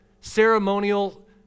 ceremonial